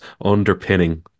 underpinning